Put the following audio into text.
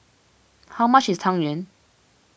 how much is Tang Yuen